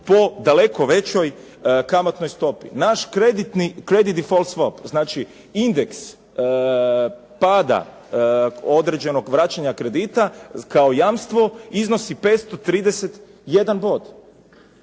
po daleko većoj kamatnoj stopi. Naš kreditni "Credit default swap" znači indeks pada određenog vraćanja kredita kao jamstvo iznosi 531 bod.